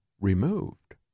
removed